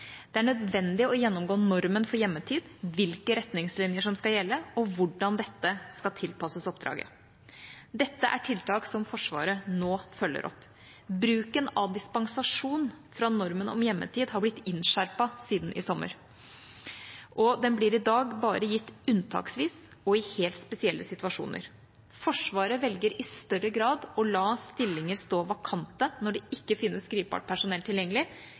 Det er nødvendig å gjennomgå normen for hjemmetid, hvilke retningslinjer som skal gjelde, og hvordan dette skal tilpasses oppdraget. Dette er tiltak som Forsvaret nå følger opp. Bruken av dispensasjon fra normen om hjemmetid har blitt innskjerpet siden i sommer, og den blir i dag bare gitt unntaksvis og i helt spesielle situasjoner. Forsvaret velger i større grad å la stillinger stå vakante når det ikke finnes gripbart personell tilgjengelig,